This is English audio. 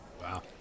Wow